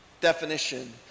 definition